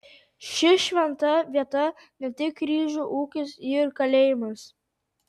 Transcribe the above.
ši šventa vieta ne tik ryžių ūkis ji ir kalėjimas